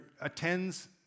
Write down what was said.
attends